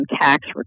tax